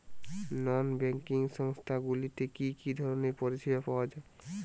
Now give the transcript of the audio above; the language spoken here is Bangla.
নন ব্যাঙ্কিং সংস্থা গুলিতে কি কি ধরনের পরিসেবা পাওয়া য়ায়?